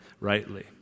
rightly